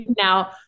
now